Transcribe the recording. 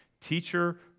Teacher